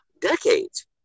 decades